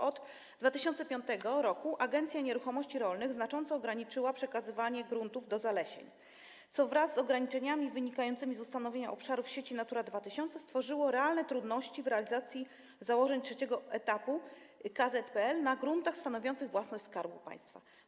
Od 2005 r. Agencja Nieruchomości Rolnych znacząco ograniczyła przekazywanie gruntów do zalesień, co wraz z ograniczeniami wynikającymi z ustanowienia obszarów sieci Natura 2000 stworzyło realne trudności w realizacji założeń III etapu KPZL na gruntach stanowiących własność Skarbu Państwa.